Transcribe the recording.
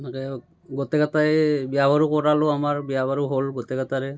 এনেকৈ গোটেইকেইটাই বিয়া বাৰু কৰালোঁ আমাৰ বিয়া বাৰু হ'ল গোটেইকেইটাৰে